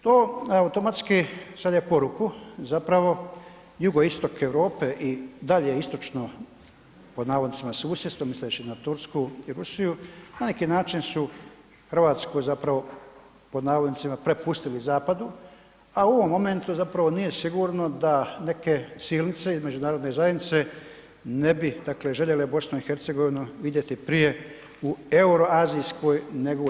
To automatski šalje poruku zapravo jugoistok Europe i dalje istočno pod navodnicima susjedstvo misleći na Tursku i Rusiju na neki način su Hrvatsku zapravo pod navodnicima prepustili zapadu, a u ovom momentu zapravo nije sigurno da neke silice iz međunarodne zajednice ne bi dakle željele BiH vidjeti prije u Euroazijskoj nego u EU.